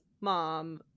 mom